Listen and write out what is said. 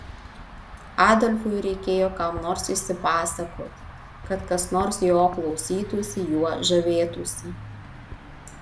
adolfui reikėjo kam nors išsipasakoti kad kas nors jo klausytųsi juo žavėtųsi